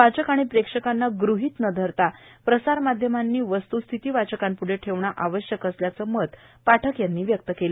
वाचक आणि प्रेक्षकांना गृहीत न ठेवता प्रसारमाध्यमांनी खरी वस्त्स्थिती वाचकांपूढे ठेवणे आवश्यक आहे असे मत पाठक यांनी व्यक्त केले